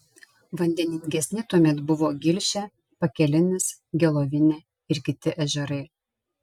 vandeningesni tuomet buvo gilšė pakelinis gelovinė ir kiti ežerai